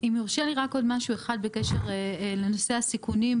לשמחתי, הרסת לי את כל דברי הפתיחה וחסכת לי